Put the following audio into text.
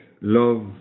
love